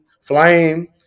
flame